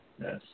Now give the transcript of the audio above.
Yes